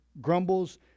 grumbles